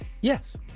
Yes